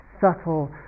Subtle